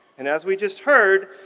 and as we just heard,